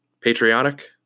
patriotic